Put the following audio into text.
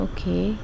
Okay